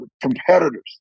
competitors